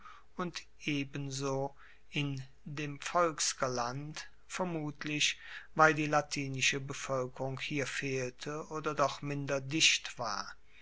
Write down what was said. und ebenso in dem volskerland vermutlich weil die latinische bevoelkerung hier fehlte oder doch minder dicht war